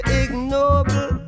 ignoble